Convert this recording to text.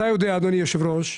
אתה יודע, אדוני היושב-ראש,